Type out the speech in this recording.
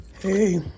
Hey